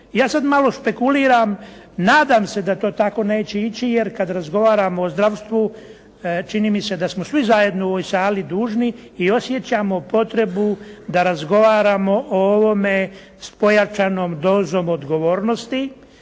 Ja sada malo špekuliram, nadam se da to tako neće ići, jer kada razgovaramo o zdravstvu, čini mi se da smo svi zajedno u ovoj sali dužni i osjećamo potrebu da razgovaramo o ovome sa pojačanom dozom odgovornosti